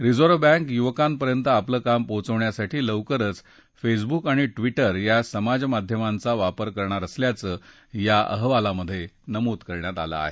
reserve bank युवकांपर्यंत आपलं काम पोहचवण्यासाठी लवकरच फेसबुक आणि ट्विटर या समाज माध्यमांचा वापर करणार असल्याचं या अहवालात नमूद करण्यात आलं आहे